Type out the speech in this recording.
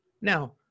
Now